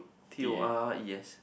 Tores